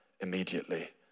immediately